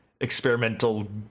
experimental